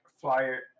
flyer